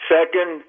Second